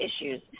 issues